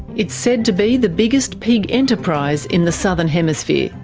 it's said to be the biggest pig enterprise in the southern hemisphere.